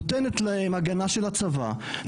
נותנת להם הגנה של הצבא,